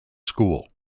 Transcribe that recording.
school